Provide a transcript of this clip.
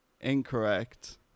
Incorrect